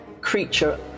creature